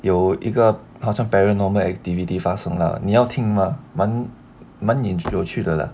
有一个好像 paranormal activity 发生 lah 你要听吗蛮蛮 interesting 有趣的 lah